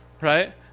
Right